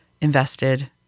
invested